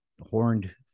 horned